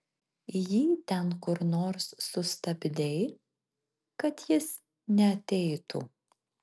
jį ten kur nors sustabdei kad jis neateitų